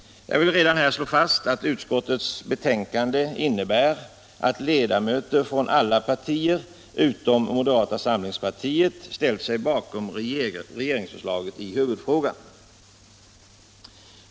Jag vill redan här slå fast att utskottets betänkande innebär att ledamöter från alla partier utom moderata samlingspartiet ställt sig bakom regeringsförslaget i huvudfrågan.